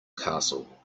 castle